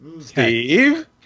Steve